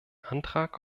antrag